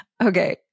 Okay